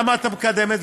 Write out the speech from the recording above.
למה את מקדמת את זה?